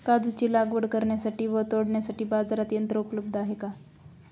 काजूची लागवड करण्यासाठी व तोडण्यासाठी बाजारात यंत्र उपलब्ध आहे का?